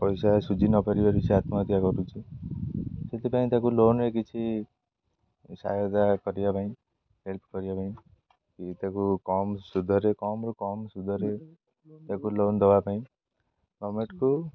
ପଇସା ସୁଝି ନପାରିବାରୁ ସେ ଆତ୍ମହତ୍ୟା କରୁଛି ସେଥିପାଇଁ ତାକୁ ଲୋନ୍ରେ କିଛି ସହାୟତା କରିବା ପାଇଁ ହେଲ୍ପ କରିବା ପାଇଁ କି ତାକୁ କମ୍ ସୁଧରେ କମ୍ ରେ କମ୍ ସୁଧରେ ତାକୁ ଲୋନ୍ ଦବା ପାଇଁ ଗଭର୍ଣ୍ଣମେଣ୍ଟକୁ